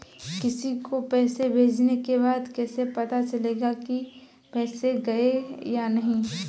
किसी को पैसे भेजने के बाद कैसे पता चलेगा कि पैसे गए या नहीं?